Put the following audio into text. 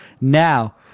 Now